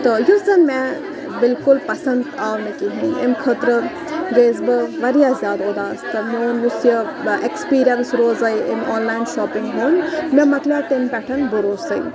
تہٕ یُس زَن مےٚ بالکُل پَسنٛد آو نہٕ کِہیٖنۍ اَمہِ خٲطرٕ گٔیَس بہٕ واریاہ زیادٕ اُداس تہٕ میون یُس یہِ ایٚکٕسپیٖریَنٕس روزے أمۍ آنلاین شاپِنٛگ ہُنٛد مےٚ مۄکلیٛو تمہِ پٮ۪ٹھ بروسٕے